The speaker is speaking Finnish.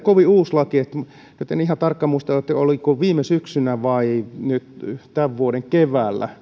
kovin uusi laki nyt en ihan tarkkaan muista käsiteltiinkö tämä asia viime syksynä vai nyt tämän vuoden keväällä